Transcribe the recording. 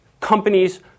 Companies